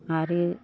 आरो